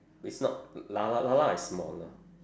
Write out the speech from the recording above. it's not 啦啦啦啦 is smaller